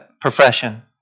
profession